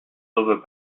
doivent